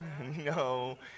No